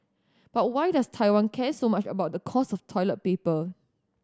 but why does Taiwan care so much about the cost of toilet paper